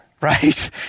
right